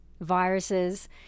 Viruses